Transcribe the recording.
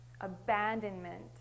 abandonment